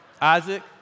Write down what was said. Isaac